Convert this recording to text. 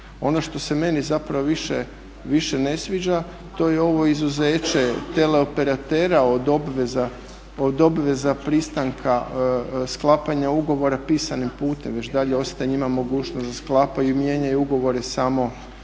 Ono što se meni zapravo više ne sviđa to je ovo izuzeće teleoperatera od obveza pristanka sklapanja ugovora pisanim putem. Već dalje ostaje njima mogućnost da sklapaju i mijenjaju ugovore samo ovako